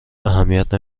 اهمیت